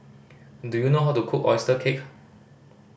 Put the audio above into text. do you know how to cook oyster cake